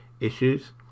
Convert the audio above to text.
issues